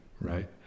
right